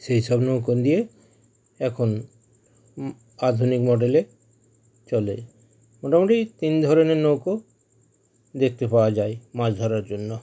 সেই সব নৌকো দিয়ে এখন আধুনিক মডেলে চলে মোটামুটি তিন ধরনের নৌকো দেখতে পাওয়া যায় মাছ ধরার জন্য